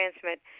transmit